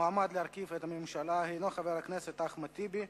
המועמד להרכיב את הממשלה הוא חבר הכנסת אחמד טיבי.